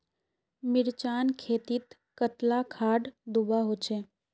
मिर्चान खेतीत कतला खाद दूबा होचे?